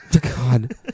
god